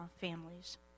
families